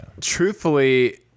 Truthfully